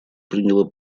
приняло